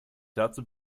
dazu